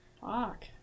Fuck